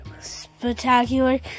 spectacular